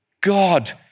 God